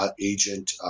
agent